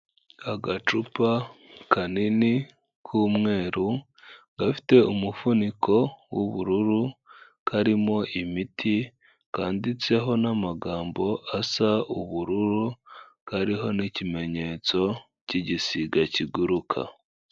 Agacupa kanini k'umweru gafite umufuniko w'ubururu karimo imiti kanditseho n'amagambo asa ubururu kariho n'ikimenyetso cyigisiga kiguruka.